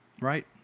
Right